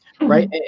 right